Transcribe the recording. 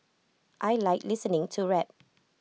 I Like listening to rap